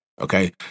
Okay